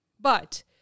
but-